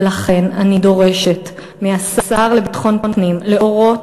ולכן אני דורשת מהשר לביטחון פנים להורות